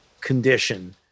condition